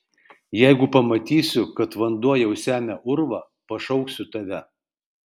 jeigu pamatysiu kad vanduo jau semia urvą pašauksiu tave